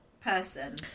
person